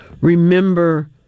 remember